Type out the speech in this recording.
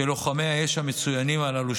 שלוחמי האש המצוינים הללו,